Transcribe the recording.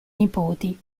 nipoti